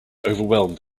overwhelmed